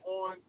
on